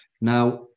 Now